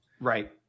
right